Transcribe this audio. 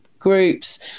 groups